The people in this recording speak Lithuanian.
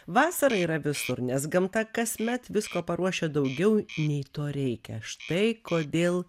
vasara yra visur nes gamta kasmet visko paruošia daugiau nei to reikia štai kodėl